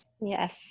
Yes